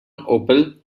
opel